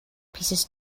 pieces